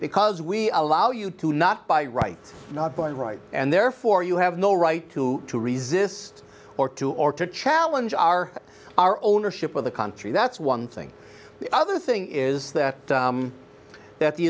because we are allow you to not by rights not done right and therefore you have no right to to resist or to or to challenge our our ownership of the country that's one thing the other thing is that that the